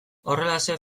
horrelaxe